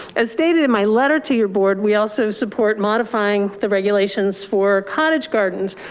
as stated in my letter to your board. we also support modifying the regulations for cottage gardens.